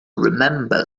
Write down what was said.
remember